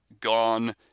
gone